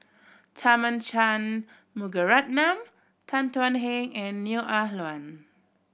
Tharman Shanmugaratnam Tan Thuan Heng and Neo Ah Luan